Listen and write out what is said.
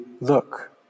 look